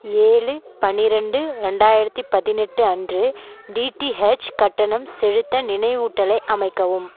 ஏழு பனிரெண்டு ரெண்டாயிரத்தி பதினெட்டு அன்று டிடிஹெச் கட்டணம் செலுத்த நினைவூட்டலை அமைக்கவும்